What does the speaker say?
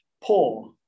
poor